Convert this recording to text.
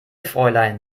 fräulein